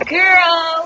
girl